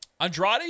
Andrade